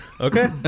Okay